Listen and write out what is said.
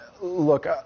look